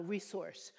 resource